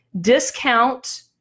discount